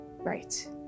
Right